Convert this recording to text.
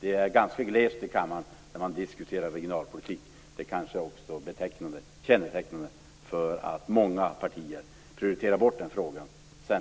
Det är ganska glest i kammaren när man diskuterar regionalpolitik. Det är kanske ett tecken på att många partier prioriterar bort den frågan.